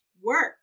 work